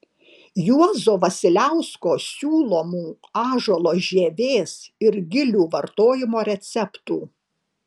juozo vasiliausko siūlomų ąžuolo žievės ir gilių vartojimo receptų